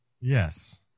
Yes